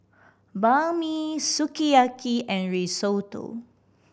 Banh Mi Sukiyaki and Risotto